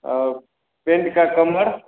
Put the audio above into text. और पेन्ट का कमर